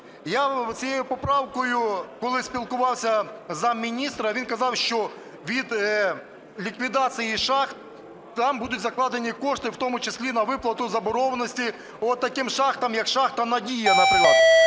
Я цією поправкою, коли спілкувався з замміністра, він казав, що від ліквідації шахт там будуть закладені кошти, в тому числі на виплату заборгованості отаким шахтам, як шахта "Надія", наприклад.